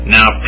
Now